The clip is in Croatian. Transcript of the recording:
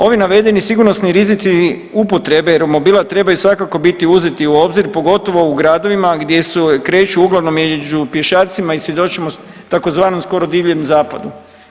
Ovi navedeni sigurnosni rizici upotrebe romobila trebaju svakako biti uzeti u obzir pogotovo u gradovima gdje se kreću uglavnom među pješacima i svjedočimo tzv. skoro divljem zapadu.